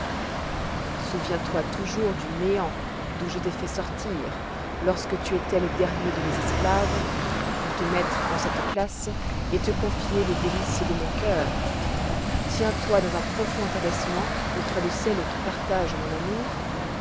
souviens-toi toujours du néant d'où je t'ai fait sortir lorsque tu étois le dernier de mes esclaves pour te mettre en cette place et te confier les délices de mon cœur tiens-toi dans un profond abaissement auprès de celles qui partagent mon amour